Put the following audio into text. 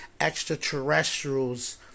extraterrestrials